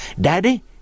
Daddy